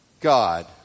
God